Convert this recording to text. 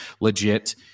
legit